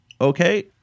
Okay